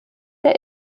der